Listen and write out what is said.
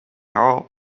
hall